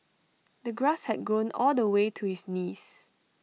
the grass had grown all the way to his knees